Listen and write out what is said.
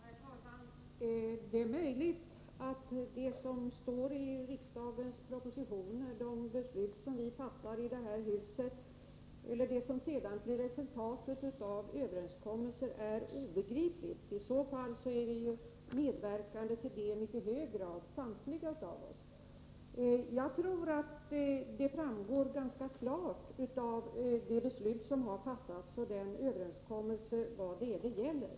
Herr talman! Det är möjligt att det som står i riksdagens propositioner, de beslut som vi fattar i det här huset eller det som sedan blir resultatet av överenskommelser är obegripligt. I så fall medverkar vi samtliga i mycket hög grad till det. Jag tror att det framgår ganska klart av det beslut som har fattats och av den överenskommelse som träffats vad det gäller.